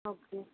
okay